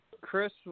Chris